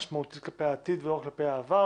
משמעותית כלפי העתיד ולא רק כלפי העבר.